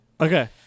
okay